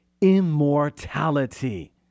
immortality